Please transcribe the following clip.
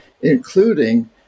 including